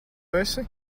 esi